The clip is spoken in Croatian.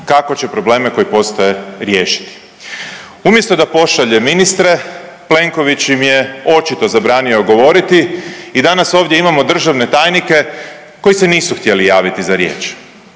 kako će probleme koji postoje riješiti. Umjesto da pošalje ministre Plenković im je očito zabranio govoriti i danas ovdje imamo državne tajnike koji se nisu htjeli javiti za riječ.